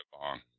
long